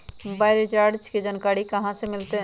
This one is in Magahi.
मोबाइल रिचार्ज के जानकारी कहा से मिलतै?